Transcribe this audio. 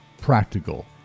practical